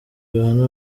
bihana